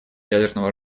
ядерного